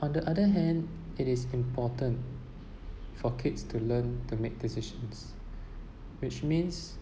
on the other hand it is important for kids to learn to make decisions which means